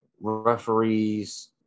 referees